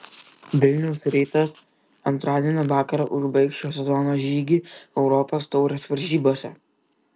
vilniaus rytas antradienio vakarą užbaigs šio sezono žygį europos taurės varžybose